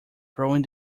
throwing